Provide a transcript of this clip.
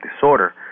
disorder